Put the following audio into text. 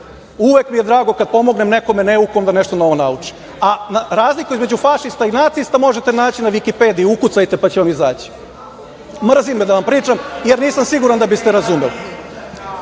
Uvek mi je drago kada pomognem nekome neukom da nešto novo nauči. A, razliku između fašista i nacista možete naći na „Vikipediji“. Ukucajte, pa će vam izaći. Mrzi me da vam pričam jer nisam siguran da biste razumeli. Ovo